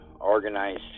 organized